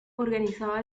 organizaba